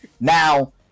Now